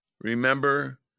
Remember